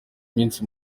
minsi